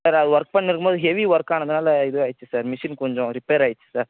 sir அது work பண்ணிட்டு இருக்கும் போது ஹெவி ஒர்க்கு ஆனதுனால இதாக ஆயிருச்சு சார் மிஷின் கொஞ்சம் ரிப்பேர் ஆயிருச்சு சார்